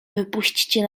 wypuśćcie